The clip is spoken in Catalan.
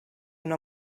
una